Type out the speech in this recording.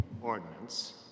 ordinance